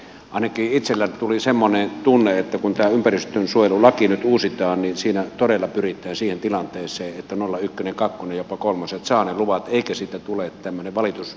ainakin itselleni tuli semmoinen tunne että kun tämä ympäristönsuojelulaki nyt uusitaan niin siinä todella pyritään siihen tilanteeseen että nolla ykkönen kakkonen jopa kolmonen saavat ne luvat eikä siitä tule tämmöinen valitusruletti